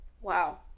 Wow